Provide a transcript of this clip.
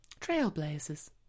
Trailblazers